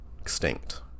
Extinct